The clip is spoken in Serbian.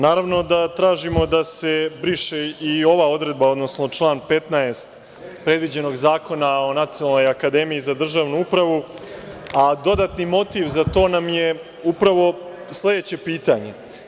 Naravno da tražimo da se briše i ova odredba, odnosno član 15. predviđenog zakona o Nacionalnoj akademiji za državnu upravu, a dodatni motiv za to nam je upravo sledeće pitanje.